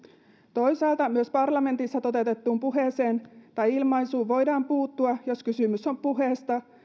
toisaalta myös parlamentissa toteutettuun puheeseen tai ilmaisuun voidaan puuttua jos kysymys on puheesta